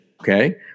okay